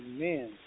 Amen